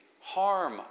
harm